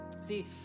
See